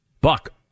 Buck